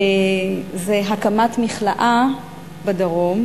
זה הקמת מכלאה בדרום,